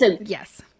Yes